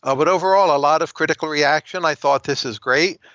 ah but overall, a lot of critical reaction, i thought this is great.